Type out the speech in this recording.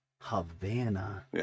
Havana